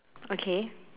okay